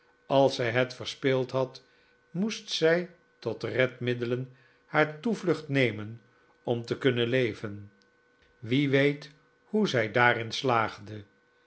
als zij het verspeeld had moest zij tot redmiddelen haar toevlucht nemen om te kunnen leven wie weet hoe zij daar in slaagde